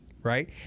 Right